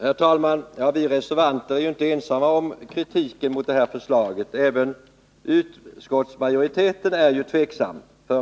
Herr talman! Vi reservanter är inte ensamma om kritiken mot detta förslag —- även utskottsmajoriteten är ju tveksam.